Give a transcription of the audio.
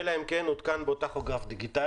אלא אם כן הותקן בו טכוגרף דיגיטלי,